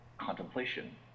contemplation